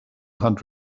hunt